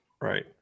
Right